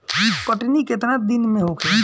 कटनी केतना दिन में होखे?